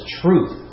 truth